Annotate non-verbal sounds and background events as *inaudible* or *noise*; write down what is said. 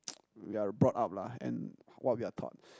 *noise* we are brought up lah and what we are taught